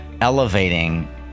elevating